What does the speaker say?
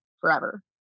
forever